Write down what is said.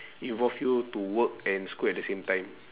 involve you to work and school at the same time